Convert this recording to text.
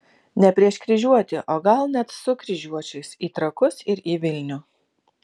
ne prieš kryžiuotį o gal net su kryžiuočiais į trakus ir į vilnių